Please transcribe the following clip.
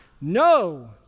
No